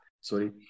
sorry